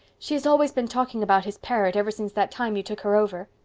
she has always been talking about his parrot ever since that time you took her over.